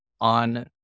on